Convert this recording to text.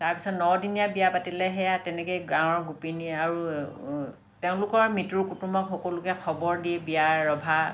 তাৰ পিছত নদিনীয়া বিয়া পাতিলে সেইয়া তেনেকৈ গাঁৱৰ গোপিনী আৰু তেওঁলোকৰ মিতিৰ কুটুমক সকলোকে খবৰ দি বিয়াৰ ৰভা